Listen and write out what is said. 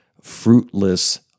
fruitless